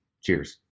Cheers